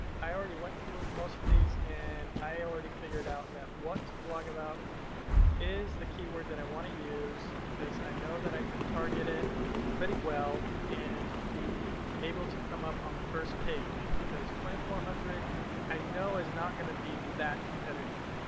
i already went through most of these and i already figured out that what to blog about is the keyword that i want to use, because i know that i can target it pretty well and be able to come up on the first page. because two thousand four hundred i know is not going to be that competitive.